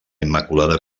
immaculada